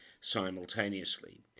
simultaneously